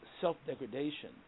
Self-degradation